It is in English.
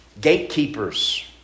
Gatekeepers